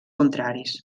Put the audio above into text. contraris